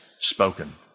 spoken